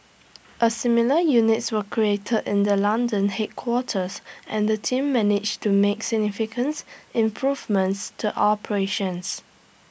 A similar units were created in the London headquarters and the team managed to make significance improvements to operations